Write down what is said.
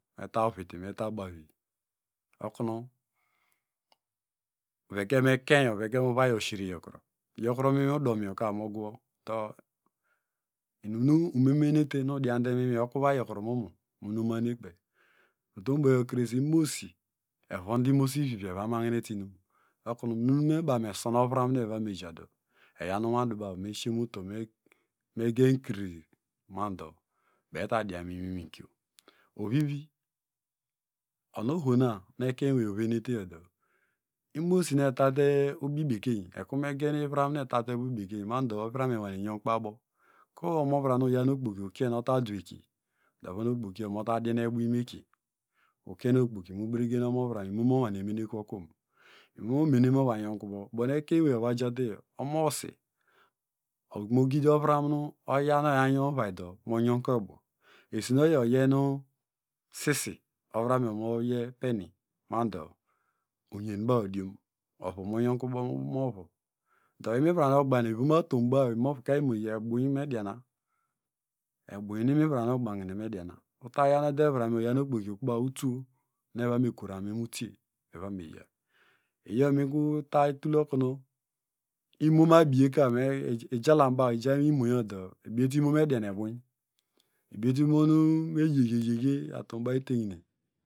Meta uviti me ta ubavi okunu vekem ekenyo vekem uvaiyo shire yokurom yokurom inwi udom yo ka moguwo dọ inum nu imemehinete nu udiante mu imwi okuva yokurom omo mu nomane kpey utom boye krese imomosi evon nu imomosivivi evamagineteinm okunu nunu baw me sọn ovram nu uba evomeja dọ eyan inwaduba me sise muto mfen kiri mando baw eta dian mu inwikiyo ovivi onu ohona nu ekeny ewei oveneteyo dọ imomosi nu etate ubi bekeiyn ekuru megen imivram nu etate ubi bekeiyn mando ovramiyo owenenyankubo ku omovram nu uyan okpoki ukien ota du eki dọ ovon okpkiyo obo modian ebuiny ke mu eki ukien okpotki mobregen nu omovram imomu owane menekuwo kom imo mene dọ nu omene nu ova yonkubo ubo nu ekeinyeweiy ova jateyo imomosi ovu mogidi ovram nu oyanuoyi oyan muvai dọ mọ yonkubo esinu oyi oyen sisi ovram yọu moye peni mado uyenbaw odiom ovu monyekụbo mu ovu do imivram nu ogbagine ivom atombaw imovuka imo ebuiny nu me diana dọ eyan imivrame eburny nu imivram evu mediana uta aye nu ude ivranyo uyaw nu okpoki ukubaw utwọ nu evomekorarin mu utie nu evomeya iyo ikur mital tul okuru imo mabiyeka me ijalam baw ija mu iruri imoyo dọ ubiete imo mu edianebuny, ubiete imo nu meyekeye